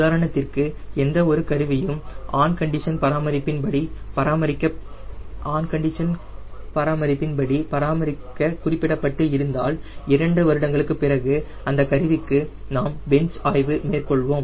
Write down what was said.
உதாரணத்திற்கு எந்த ஒரு கருவியும் ஆன் கண்டிஷன் பராமரிப்பின்படி பராமரிக்க குறிப்பிடப்பட்டு இருந்தால் இரண்டு வருடங்களுக்குப் பிறகு அந்தக் கருவிக்கு நாம் பென்ச் ஆய்வு மேற்கொள்வோம்